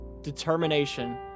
determination